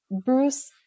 Bruce